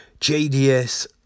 JDS